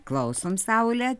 klausom saule